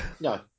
No